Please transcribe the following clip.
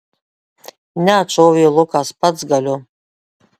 ne atšovė lukas pats galiu